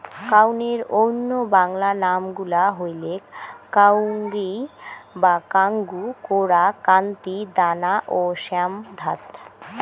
কাউনের অইন্য বাংলা নাম গুলা হইলেক কাঙ্গুই বা কাঙ্গু, কোরা, কান্তি, দানা ও শ্যামধাত